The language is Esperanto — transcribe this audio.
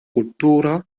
kultura